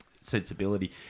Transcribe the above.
sensibility